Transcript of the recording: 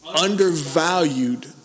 undervalued